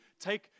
take